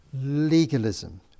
legalism